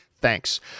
Thanks